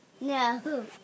No